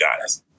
guys